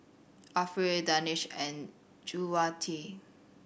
Afiq Danish and Juwita